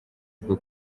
bwo